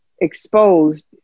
exposed